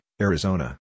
Arizona